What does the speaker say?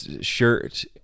shirt